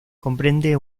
comprende